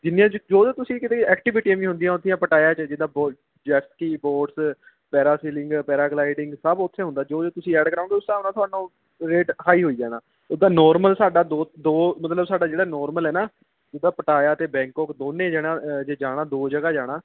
ਜਿੰਨੀਆਂ ਚ ਜੋ ਜੋ ਤੁਸੀਂ ਕਿਤੇ ਐਕਟੀਵਿਟੀ ਵੀ ਹੁੰਦੀਆਂ ਹੁੰਦੀਆਂ ਪਟਾਇਆ 'ਚ ਜਿਦਾਂ ਬੋ ਜੈਟਸਕੀ ਬੋਟਸ ਪੈਰਾਂਸਲਿੰਗ ਪੈਰਾਗਲਾਈਡਿੰਗ ਸਭ ਉੱਥੇ ਹੁੰਦਾ ਜੋ ਜੋ ਤੁਸੀਂ ਐਡ ਕਰਵਾਉਗੇ ਉਸ ਹਿਸਾਬ ਨਾਲ ਤੁਹਾਨੂੰ ਰੇਟ ਹਾਈ ਹੋਈ ਜਾਣਾ ਉੱਦਾਂ ਨੋਰਮਲ ਸਾਡਾ ਦੋ ਦੋ ਮਤਲਬ ਸਾਡਾ ਜਿਹੜਾ ਨੋਰਮਲ ਹੈ ਨਾ ਜਿੱਦਾਂ ਪਟਾਇਆ ਅਤੇ ਬੈਂਕਕੋਕ ਦੋਨੇ ਜਣਾ ਜੇ ਜਾਣਾ ਦੋ ਜਗ੍ਹਾ ਜਾਣਾ